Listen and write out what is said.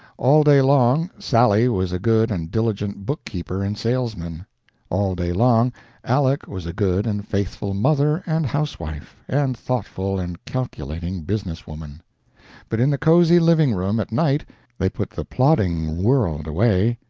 all day long sally was a good and diligent book-keeper and salesman all day long aleck was a good and faithful mother and housewife, and thoughtful and calculating business woman but in the cozy living-room at night they put the plodding world away,